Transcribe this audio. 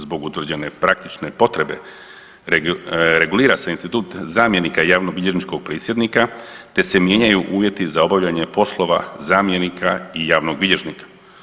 Zbog utvrđene praktične potrebe regulira se institut zamjenika javnobilježničkog prisjednika, te se mijenjaju uvjeti za obavljanje poslova zamjenika i javnog bilježnika.